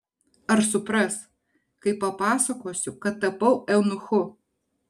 ar supras kai papasakosiu kad tapau eunuchu